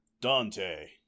Dante